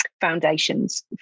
foundations